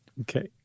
Okay